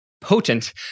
potent